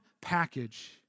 package